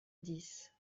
dix